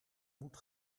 moet